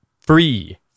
free